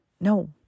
No